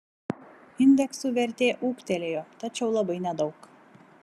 indeksų vertė ūgtelėjo tačiau labai nedaug